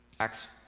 Acts